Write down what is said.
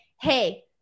hey